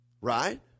Right